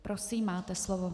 Prosím, máte slovo.